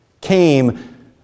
came